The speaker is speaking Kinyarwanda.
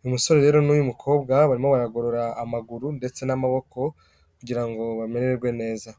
Uyu musore rero n'uyu mukobwa barimo baragorora amaguru ndetse n'amaboko kugira ngo bamererwe neza.